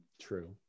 True